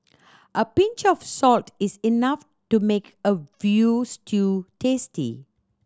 a pinch of salt is enough to make a veal stew tasty